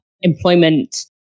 employment